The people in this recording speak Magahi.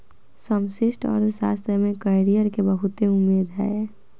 समष्टि अर्थशास्त्र में कैरियर के बहुते उम्मेद हइ